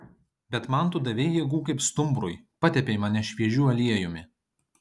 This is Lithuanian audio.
bet man tu davei jėgų kaip stumbrui patepei mane šviežiu aliejumi